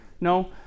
No